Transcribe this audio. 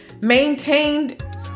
maintained